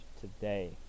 today